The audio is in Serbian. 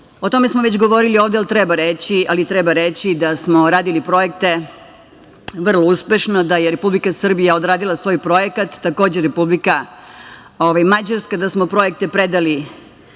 tome smo već govorili ovde, ali treba reći da smo radili projekte vrlo uspešno, da je Republika Srbija odradila svoj projekat, takođe Republika Mađarska, da smo projekte predali